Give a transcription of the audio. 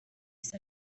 saa